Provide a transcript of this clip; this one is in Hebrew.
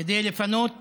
כדי לפנות